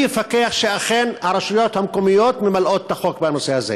מי יפקח שאכן הרשויות המקומיות ממלאות את החוק בנושא הזה?